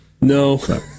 No